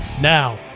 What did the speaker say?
now